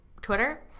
twitter